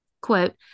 quote